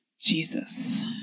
Jesus